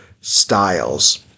Styles